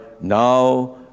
now